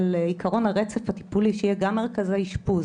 של עיקרון הרצף הטיפולי - שיהיו גם מרכזי אשפוז,